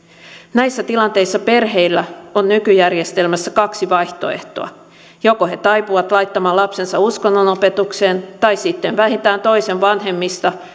näissä tilanteissa perheillä on nykyjärjestelmässä kaksi vaihtoehtoa joko he taipuvat laittamaan lapsensa uskonnonopetukseen tai sitten vähintään toisen vanhemmista